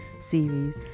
series